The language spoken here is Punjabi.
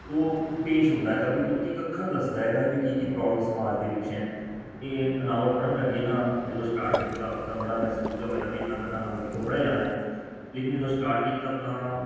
ਉਹ ਪੇਸ਼ ਹੁੰਦਾ ਹੈਗਾ ਵੀ ਇੱਕ ਇੱਕ ਅੱਖਰ ਦੱਸਦਾ ਹੈਗਾ ਵੀ ਕੀ ਕੀ ਪ੍ਰੋਬਲਮ ਸਮਾਜ ਦੇ ਵਿੱਚ ਹੈ ਇਹ ਨਾਵਲ ਪੜ੍ਹਨ ਲੱਗੇ ਨਾ ਜਦੋਂ ਸਟਾਰਟ ਕੀਤਾ ਤਾਂ ਬੜਾ ਮਹਿਸੂਸ ਜਿਹਾ ਹੋਇਆ ਵੀ ਇੰਨਾਂ ਵੱਡਾ ਨਾਵਲ ਕਿੱਥੋਂ ਪੜ੍ਹਿਆ ਜਾਣਾ ਲੇਕਿਨ ਜਦੋਂ ਸਟਾਰਟ ਕੀਤਾ ਤਾਂ